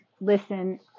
listen